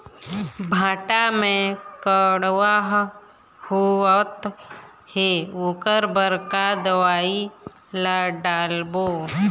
भांटा मे कड़हा होअत हे ओकर बर का दवई ला डालबो?